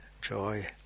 joy